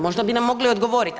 Možda bi nam mogli odgovoriti.